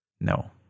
No